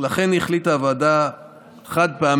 לכן החליטה הוועדה חד-פעמית,